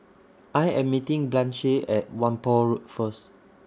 I Am meeting Blanche At Whampoa Road First